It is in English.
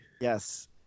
Yes